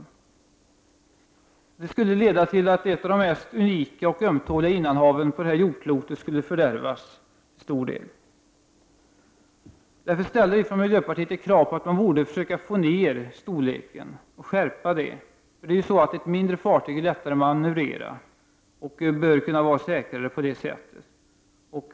En sådan olycka skulle leda till att ett unikt hav och ett av de mest ömtåliga innanhaven på jordklotet skulle till stor del fördärvas. Därför ställer vi från miljöpartiet kravet att man borde försöka minska fartygsstorleken. Mindre fartyg är lättare att manövrera och bör kunna vara säkrare.